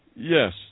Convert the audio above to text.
Yes